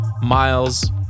Miles